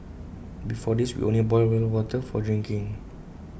before this we would only boil well water for drinking